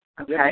Okay